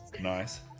Nice